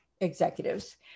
executives